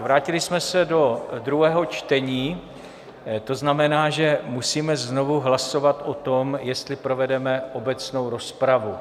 Vrátili jsme se do druhého čtení, to znamená, že musíme znovu hlasovat o tom, jestli povedeme obecnou rozpravu.